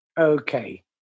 Okay